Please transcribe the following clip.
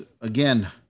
again